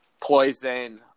poison